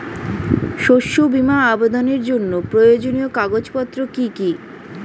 শস্য বীমা আবেদনের জন্য প্রয়োজনীয় কাগজপত্র কি কি?